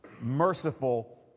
merciful